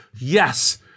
yes